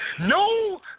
No